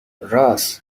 راس